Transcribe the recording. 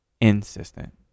Insistent